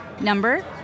number